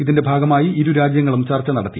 ഇതിന്റെ ഭാഗമായി ഇരുരാജ്യങ്ങളും ചർച്ച നടത്തി